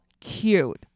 cute